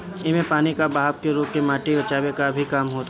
इमे पानी कअ बहाव के रोक के माटी के बचावे कअ भी काम होत हवे